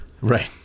Right